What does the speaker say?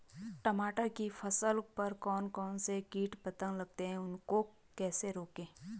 टमाटर की फसल पर कौन कौन से कीट पतंग लगते हैं उनको कैसे रोकें?